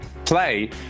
play